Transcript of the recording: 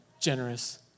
generous